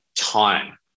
time